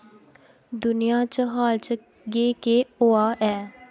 दुनिया च हाल च गे केह् होआ ऐ